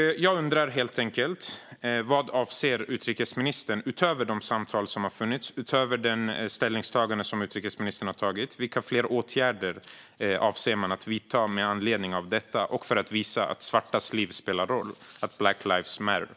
Jag undrar: Vilka fler åtgärder avser utrikesministern att vidta med anledning av detta, utöver de samtal som hållits och det ställningstagande som utrikesministern gjort, för att visa att svartas liv spelar roll - att black lives matter?